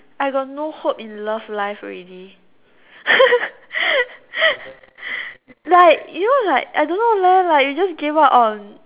I got no hope in love life already like you know like I don't know love like you just gave up on